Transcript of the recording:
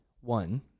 one